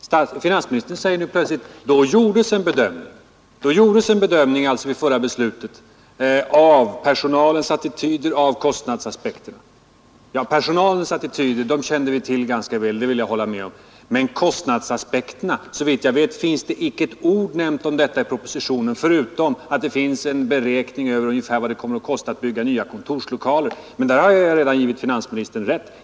Herr talman! Finansministern säger nu plötsligt att det gjordes en bedömning inför förra beslutet av personalens attityder och av kostnadsaspekterna. Ja, personalens attityder kände vi till ganska väl, det vill jag hålla med om, men såvitt jag vet finns det inte ett enda ord nämnt om kostnadsaspekterna i propositionen, förutom att det finns en beräkning av ungefär vad det kommer att kosta att bygga nya kontorslokaler. Där har jag redan givit finansministern rätt.